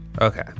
Okay